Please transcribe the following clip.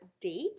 date